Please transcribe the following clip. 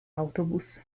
autobus